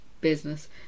business